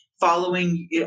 following